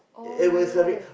[oh]-my-god